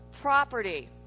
property